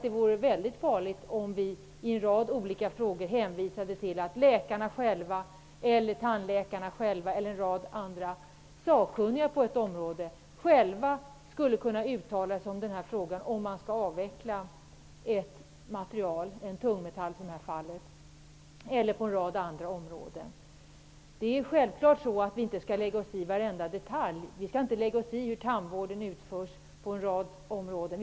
Det vore väldigt farligt om vi i en rad olika frågor hänvisar till att läkarna eller tandläkarna eller en rad andra sakkunniga på ett område själva skall få uttala sig i frågan om avvecklingen av ett material -- i det här fallet en tungmetall. Vi skall självfallet inte lägga oss i varenda detalj. Vi skall inte lägga oss i hur tandvården utförs på en rad områden.